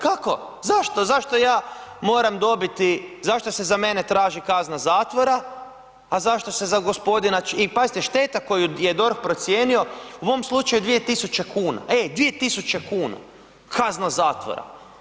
Kako, zašto, zašto ja moram dobiti, zašto se za mene traži kazna zatvora, a zašto se za gospodina i pazite šteta koju je DORH procijenio u mom slučaju 2.000 kuna, ej 2.000 kuna, kazna zatvora.